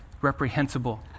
reprehensible